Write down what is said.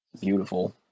beautiful